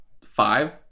five